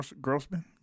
Grossman